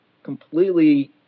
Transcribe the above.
Completely